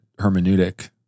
hermeneutic